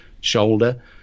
shoulder